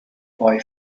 boy